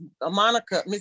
Monica